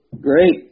Great